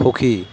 সুখী